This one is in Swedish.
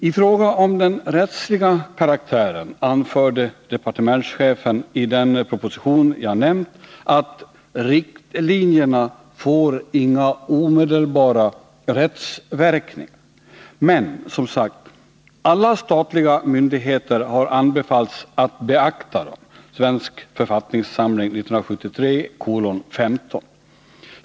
I fråga om den rättsliga karaktären anförde departementschefen i den proposition jag nämnt: ”Riktlinjerna får inga omedelbara rättsverkningar.” Men, som sagt, alla statliga myndigheter har anbefallts att beakta dem, enligt Svensk författningssamfling 1973:15.